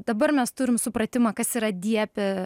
dabar mes turim supratimą kas yra diepe